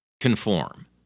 conform